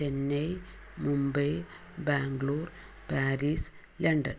Chennai Mumbai Bangalore Paris London